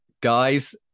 guys